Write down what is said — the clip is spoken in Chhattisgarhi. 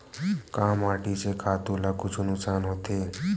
का माटी से खातु ला कुछु नुकसान होथे?